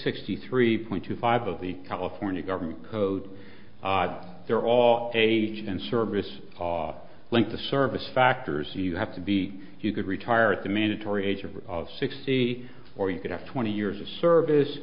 ty three point two five of the california government code there are all age and service are linked to service factors you have to be you could retire at the mandatory age of sixty or you could have twenty years of service